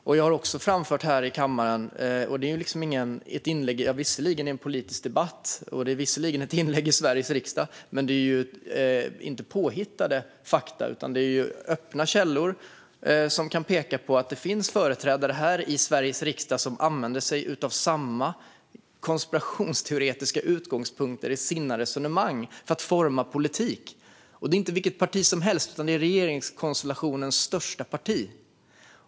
Det jag har framfört här i kammaren är visserligen ett inlägg i en politisk debatt och visserligen ett inlägg i Sveriges riksdag, men det är inte påhittade fakta. Det är öppna källor som kan peka på att det finns företrädare här i Sveriges riksdag som använder sig av samma konspirationsteoretiska utgångspunkter i sina resonemang för att forma politik. Och det är inte vilket parti som helst, utan det är regeringskonstellationens största parti.